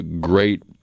great